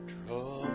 Draw